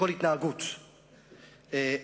לכל התנהגות רצינית,